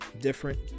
different